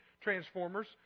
transformers